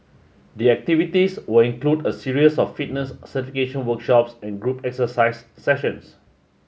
the activities will include a series of fitness certification workshops and group exercise sessions